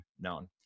known